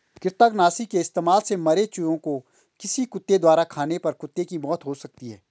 कृतंकनाशी के इस्तेमाल से मरे चूहें को किसी कुत्ते द्वारा खाने पर कुत्ते की मौत हो सकती है